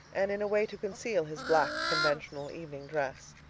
and in a way to conceal his black, conventional evening dress.